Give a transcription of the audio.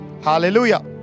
hallelujah